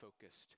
focused